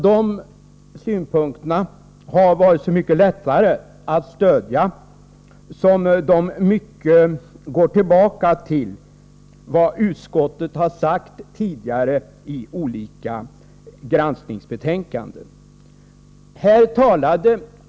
De synpunkterna har varit så mycket lättare att tillgodose som de i mycket går tillbaka på vad utskottet tidigare i olika granskningsbetänkanden har uttalat.